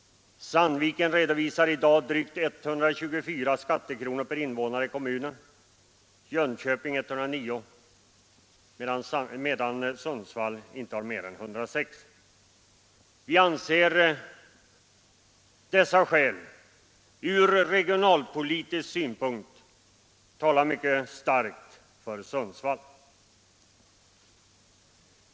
Sandviken redovisar i dag drygt 124 skattekronor per invånare i kommunen och Jönköping har 109, medan Sundsvall inte har mer än 106. Vi anser dessa regionalpolitiska argument vara mycket starka för Sundsvall.